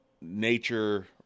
nature